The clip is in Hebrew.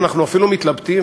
אנחנו אפילו מתלבטים,